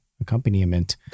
accompaniment